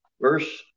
Verse